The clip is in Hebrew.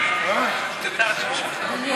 אדוני